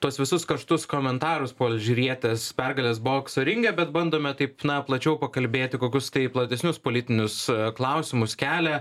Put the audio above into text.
tuos visus karštus komentarus po alžyrietės pergalės bokso ringe bet bandome taip na plačiau pakalbėti kokius tai platesnius politinius klausimus kelia